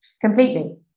completely